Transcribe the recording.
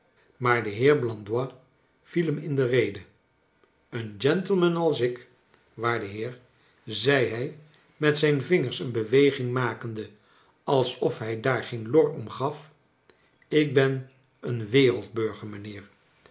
maar de heer blandois viel hem in de rede een gentleman als ik waarde heer zei hij met zijn vingers een beweging makende als of hij daar geen lor om gaf ik ben een wereldburger mijnheer